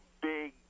big